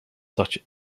such